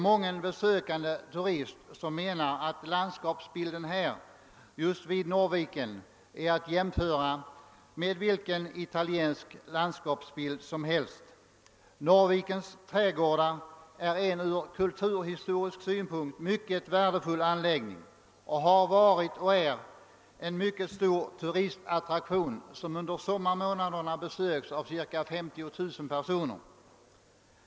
Mången besökande turist menar att landskapet här vid Norrviken kan mäta sig med vilket italienskt landskap som helst. Norrvikens trädgårdar är en från kulturhistorisk synpunkt mycket värdefull anläggning och har varit och är en mycket stor turistattraktion, som under sommarmånaderna besöks av ca 50000 personer.